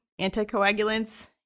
anticoagulants